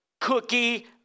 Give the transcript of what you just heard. cookie